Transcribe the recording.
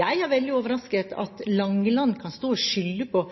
Jeg er veldig overrasket over at Langeland kan stå og skylde på